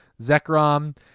Zekrom